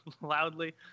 loudly